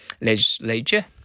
legislature